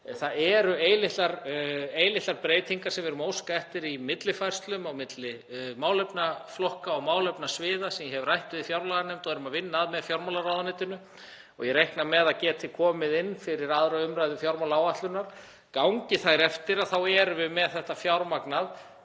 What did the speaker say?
það eru eilitlar breytingar sem við erum að óska eftir í millifærslum milli málefnaflokka og málefnasviða sem ég hef rætt við fjárlaganefnd og erum að vinna að með fjármálaráðuneytinu og ég reikna með að geti komið inn fyrir síðari umræðu fjármálaáætlunar. Gangi þær eftir þá erum við með þetta fjármagnað